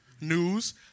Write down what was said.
news